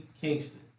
Kingston